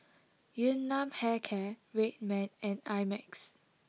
Yun Nam Hair Care Red Man and I Max